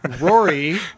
Rory